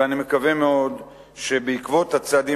ואני מקווה מאוד שבעקבות הצעדים